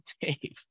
Dave